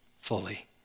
fully